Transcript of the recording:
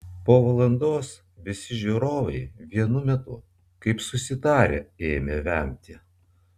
po valandos visi žiūrovai vienu metu kaip susitarę ėmė vemti